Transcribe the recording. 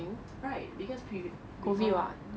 right because previou~ previou~ no